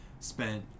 spent